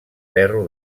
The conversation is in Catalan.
ferro